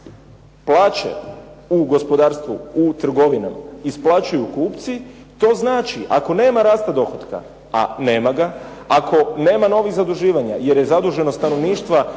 Plaće u gospodarstvu, u trgovinama isplaćuju kupci. To znači ako nema rasta dohotka a nema ga, ako nema novih zaduživanja jer je zaduženost stanovništva